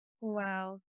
Wow